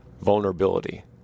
vulnerability